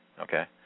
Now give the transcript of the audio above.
okay